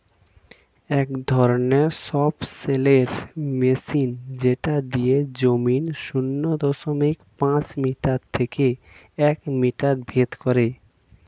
এক রকমের সবসৈলের মেশিন যেটা দিয়ে জমির শূন্য দশমিক পাঁচ মিটার থেকে এক মিটার ভেদ করে